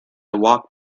walked